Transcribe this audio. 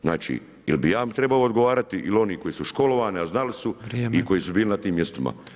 Znači, ili bi ... trebao odgovarati ili oni koji su školovani, a znali su i koji su bili na tim mjestima.